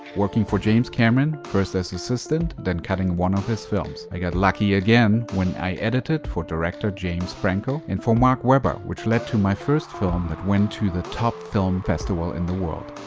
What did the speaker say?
working for james cameron, first as assistant, then cutting one of his films. i got lucky again when i edited for director james franco and for mark webber, which led to my first film that went to the top film festival in the world,